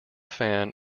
fan